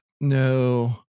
No